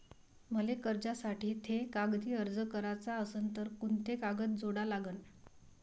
मले कर्जासाठी थे कागदी अर्ज कराचा असन तर कुंते कागद जोडा लागन?